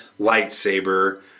lightsaber